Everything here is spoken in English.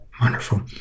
Wonderful